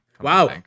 Wow